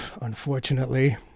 unfortunately